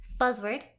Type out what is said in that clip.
buzzword